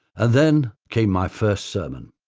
and then came my first sermon.